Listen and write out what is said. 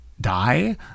die